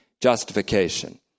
justification